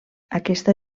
aquesta